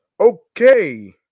Okay